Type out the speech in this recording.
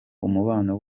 umubano